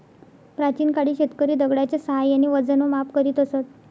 प्राचीन काळी शेतकरी दगडाच्या साहाय्याने वजन व माप करीत असत